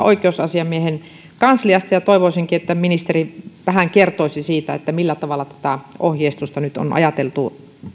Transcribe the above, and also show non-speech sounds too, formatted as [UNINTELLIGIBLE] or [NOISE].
[UNINTELLIGIBLE] oikeusasiamiehen kansliassa ja toivoisinkin että ministeri vähän kertoisi siitä millä tavalla tätä ohjeistusta nyt on ajateltu